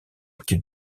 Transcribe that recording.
que